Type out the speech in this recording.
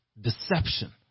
deception